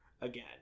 again